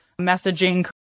messaging